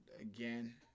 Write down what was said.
Again